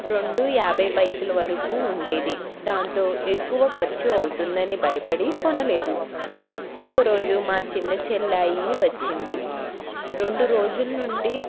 రెండు యాభై పైసల వరకు ఉండేది దాంతో ఎక్కువ ఖర్చు అవుతుందని భయపడి కొనలేదు ఓ రోజు మా చిన్న చెల్లయి వచ్చింది రెండు రోజులు ఉండి